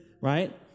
right